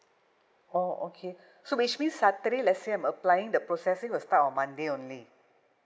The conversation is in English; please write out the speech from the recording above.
orh okay so which means saturday let's say I'm applying the processing will start on monday only